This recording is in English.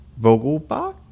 Vogelbach